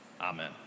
amen